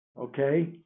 okay